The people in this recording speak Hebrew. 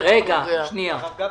טבריה ירוקה.